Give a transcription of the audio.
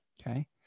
Okay